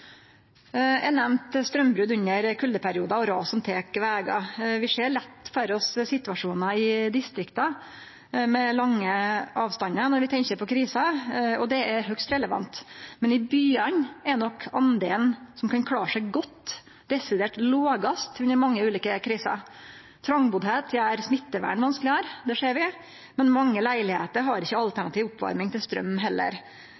Eg nemnde straumbrot under kuldeperiodar og ras som tek vegar. Vi ser lett for oss situasjonar i distrikta med lange avstandar når vi tenkjer på kriser, og det er høgst relevant. Men i byane er nok delen som kan klare seg godt, desidert lågast under mange ulike kriser. Det at ein bur trongt, gjer smittevern vanskelegare, det ser vi, men mange leilegheiter har ikkje alternativ oppvarming til straum heller.